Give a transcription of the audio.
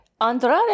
Andrade